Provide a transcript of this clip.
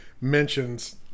mentions